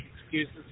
excuses